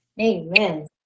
amen